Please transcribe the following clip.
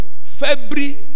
February